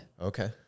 Okay